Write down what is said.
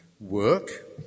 work